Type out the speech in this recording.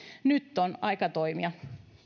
nyt on aika toimia